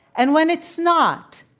and when it's not,